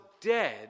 dead